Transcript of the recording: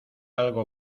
algo